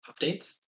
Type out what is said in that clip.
Updates